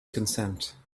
consent